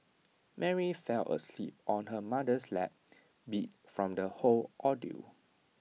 Mary fell asleep on her mother's lap beat from the whole ordeal